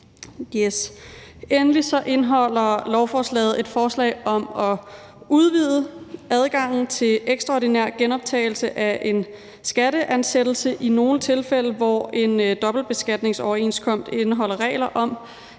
Endelig indeholder lovforslaget et forslag om at udvide adgangen til ekstraordinær genoptagelse af en skatteansættelse i nogle tilfælde, hvor en dobbeltbeskatningsoverenskomst indeholder regler om,